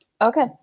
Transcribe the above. okay